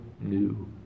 new